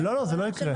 לא, זה לא יקרה.